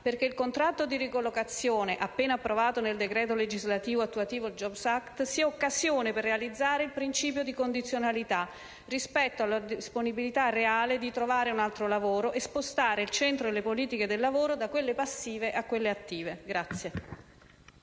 perché il contratto di ricollocazione, appena approvato nel decreto legislativo attuativo *jobs act*, sia occasione per realizzare il principio di condizionalità, rispetto alla disponibilità reale di trovare un altro lavoro e spostare il centro delle politiche del lavoro da quelle passive a quelle attive.